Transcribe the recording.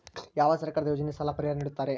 ಯಾವ ಸರ್ಕಾರದ ಯೋಜನೆಯಲ್ಲಿ ಸಾಲ ಪರಿಹಾರ ನೇಡುತ್ತಾರೆ?